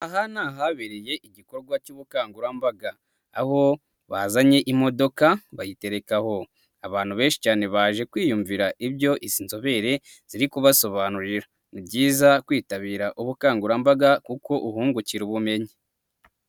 Aha ni ahabereye igikorwa cy'ubukangurambaga aho bazanye imodoka bayitereka aho. Abantu benshi cyane baje kwiyumvira ibyo izi nzobere ziri kubasobanurira. Ni byiza kwitabira ubukangurambaga kuko uhungukira ubumenyi.